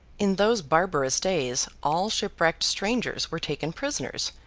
in those barbarous days, all shipwrecked strangers were taken prisoners,